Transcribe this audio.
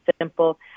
simple